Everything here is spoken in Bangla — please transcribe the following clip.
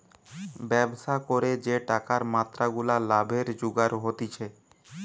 ব্যবসা করে যে টাকার মাত্রা গুলা লাভে জুগার হতিছে